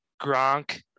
Gronk